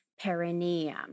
perineum